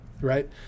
right